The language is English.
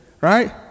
right